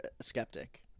skeptic